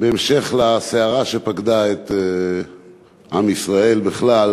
בהמשך לסערה שפקדה את עם ישראל בכלל,